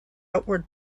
outward